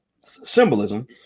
symbolism